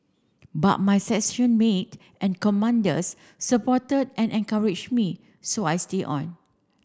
but my section mate and commanders supported and encouraged me so I stay on